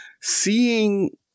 Seeing